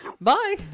bye